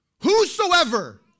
Whosoever